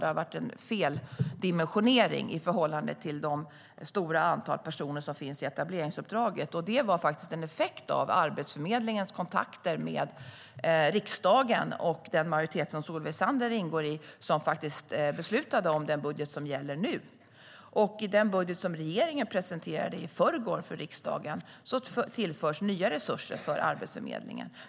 Det har varit en feldimensionering i förhållande till det stora antal personer som finns i etableringsuppdraget. Det var en effekt av Arbetsförmedlingens kontakter med riksdagen och den majoritet som Solveig Zander ingår i, som beslutade om den budget som gäller nu. I den budget som regeringen presenterade i förrgår för riksdagen tillförs nya resurser för Arbetsförmedlingen.